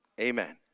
Amen